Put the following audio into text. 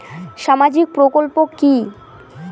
সামাজিক প্রকল্প কি?